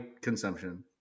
consumption